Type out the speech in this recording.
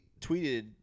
tweeted